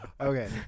Okay